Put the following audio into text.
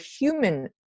human